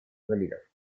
инвалидов